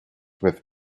with